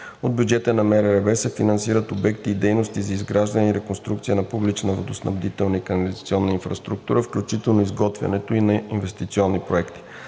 От бюджета на МРРБ се финансират обекти и дейности за изграждане и реконструкция на публична водоснабдителна и канализационна инфраструктура, включително изготвянето и на инвестиционни проекти.